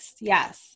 Yes